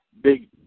big